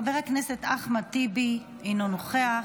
חבר הכנסת אחמד טיבי, אינו נוכח,